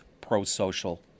pro-social